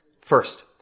First